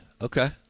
Okay